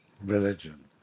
religion